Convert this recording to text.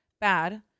bad